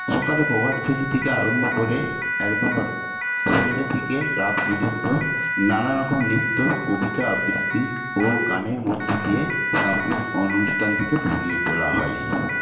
সকালে প্রভাত ফেরি থেকে আরম্ভ করে একদম সন্ধ্যে থেকে রাত পর্যন্ত নানারকম নৃত্য কবিতা আবৃত্তি ও গানের মধ্যে দিয়ে সাংস্কৃতিক অনুষ্ঠানটিকে ভরিয়ে তোলা হয়